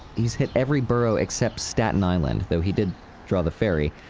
he's hit every burrow except staten island though he did draw the ferry.